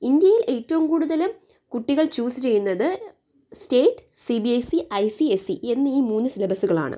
ഇന്ത്യയില് ഏറ്റവും കൂടുതലും കുട്ടികള് ചൂസ് ചെയ്യുന്നത് state C B S E I C S E എന്നീ മൂന്നു സിലബസുകള് ആണ്